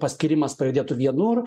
paskyrimas pajudėtų vienur